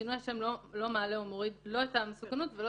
שינוי השם לא מעלה ולא מוריד לא את המסוכנות ולא